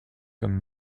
comme